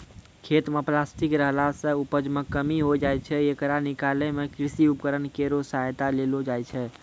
खेत म प्लास्टिक रहला सें उपज मे कमी होय जाय छै, येकरा निकालै मे कृषि उपकरण केरो सहायता लेलो जाय छै